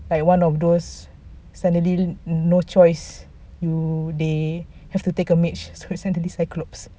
like one of those suddenly no choice you they have to take a mage so they have to use cyclops